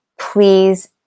Please